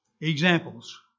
examples